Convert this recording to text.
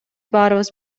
баарыбыз